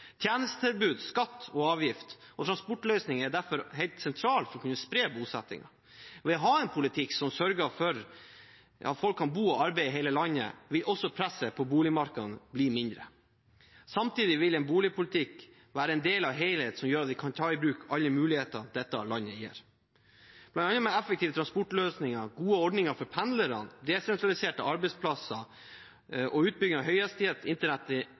Tjenestetilbud, skatter og avgifter og transportløsninger er derfor helt sentralt for å kunne spre bosettingen. Ved å ha en politikk som sørger for at folk kan bo og arbeide i hele landet, vil også presset på boligmarkedet bli mindre. Samtidig vil en boligpolitikk være en del av en helhet som gjør at vi kan ta i bruk alle muligheter dette landet gir. Med enda mer effektive transportløsninger, gode ordninger for pendlerne, desentraliserte arbeidsplasser og utbygging av høyhastighets internett i